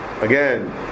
again